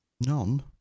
None